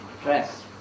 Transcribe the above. dress